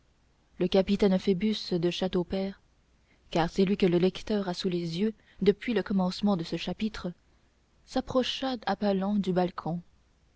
le capitaine phoebus de châteaupers car c'est lui que le lecteur a sous les yeux depuis le commencement de ce chapitre s'approcha à pas lents du balcon